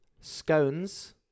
scones